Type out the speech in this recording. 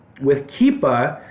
with keepa,